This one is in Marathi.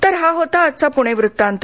तर हा होता आजचा पुणेवृत्तांत